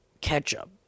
ketchup